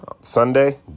Sunday